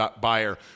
buyer